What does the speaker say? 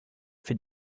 fait